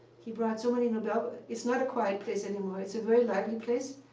he brought so many nobel it's not a quiet place anymore, it's a very lively place,